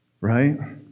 Right